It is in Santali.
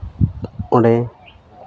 ᱚᱸᱰᱮ